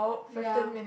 ya